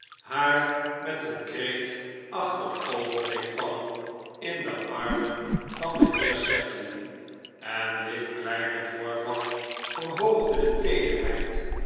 haar met een kreet achterover deed vallen in de armen van den heer sedley en dit kleine voorval verhoogde de teederheid